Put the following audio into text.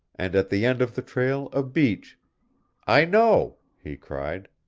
and at the end of the trail a beach i know! he cried.